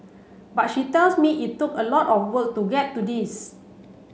but she tells me it took a lot of work to get to this